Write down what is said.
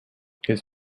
his